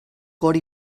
cor